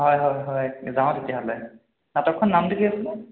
হয় হয় হয় যাওঁ তেতিয়া হ'লে নাটকখনৰ নামটো কি আছিলে